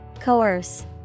Coerce